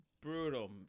brutal